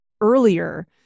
earlier